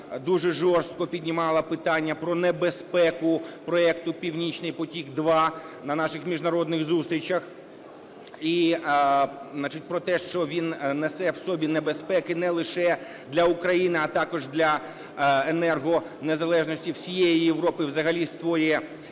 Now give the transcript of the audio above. дуже жорстко піднімала питання про небезпеку проекту "Північний потік – 2" на наших міжнародних зустрічах. І про те, що він несе в собі небезпеки не лише для України, а також для енергонезалежності всієї Європи, взагалі створює проблеми